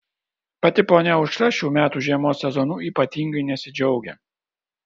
pati ponia aušra šių metų žiemos sezonu ypatingai nesidžiaugia